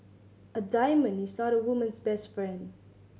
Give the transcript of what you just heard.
a diamond is not a woman's best friend